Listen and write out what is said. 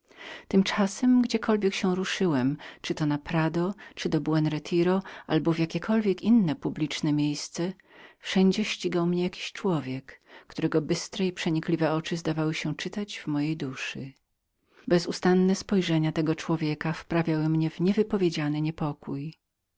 tymczasem gdziekolwiek się ruszyłem czy to do prado czyli do buen retiro albo w jakiekolwiek inne publiczne miejsce wszędzie ścigał mnie jakiś człowiek którego bystre i przenikliwe oczy zdawały się czytać w mojej duszy bezustanne spojrzenia tego człowieka wprawiały mnie w